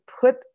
put